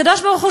הקדוש-ברוך-הוא,